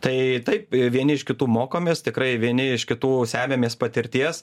tai taip vieni iš kitų mokomės tikrai vieni iš kitų semiamės patirties